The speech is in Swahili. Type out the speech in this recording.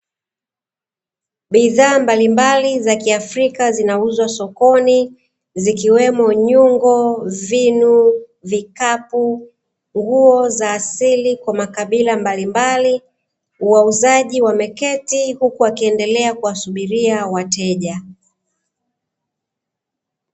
Bidhaa mbalimbali za kiafrika, zinauzwa sokoni zikiwemo nyungo, vinu, vikapu ngo za asili kwa makabila mbalimbali, wauzaji wameketi huku wakiendelea kuwasubiria wateja.